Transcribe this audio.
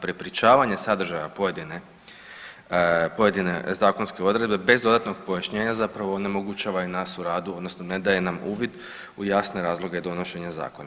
Prepričavanje sadržaja pojedine, pojedine zakonske odredbe bez dodatnog pojašnjenja zapravo onemogućava i nas u radu odnosno ne daje nam uvid u jasne razloge donošenja zakona.